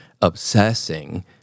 obsessing